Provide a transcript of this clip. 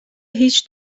هیچ